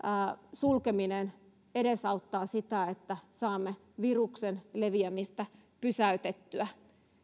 sulkeminen edesauttaa sitä että saamme viruksen leviämistä pysäytettyä